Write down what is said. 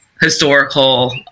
historical